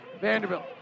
Vanderbilt